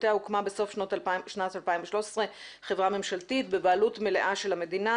בעקבותיה הוקמה בסוף שנת 2013 חברה ממשלתית בבעלות מלאה של המדינה,